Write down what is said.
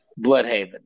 Bloodhaven